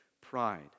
pride